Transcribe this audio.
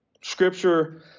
Scripture